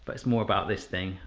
but it's more about this thing.